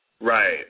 Right